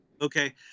Okay